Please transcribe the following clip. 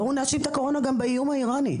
בואו נאשים את הקורונה גם באיום האיראני.